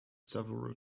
several